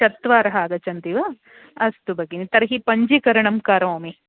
चत्वारः आगच्छन्ति वा अस्तु भगिनी तर्हि पञ्जीकरणं करोमि